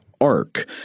ark